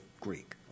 Greek